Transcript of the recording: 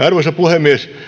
arvoisa puhemies